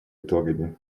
итогами